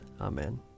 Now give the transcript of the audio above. Amen